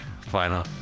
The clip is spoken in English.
Final